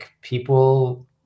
people